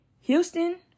Houston